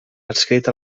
adscrit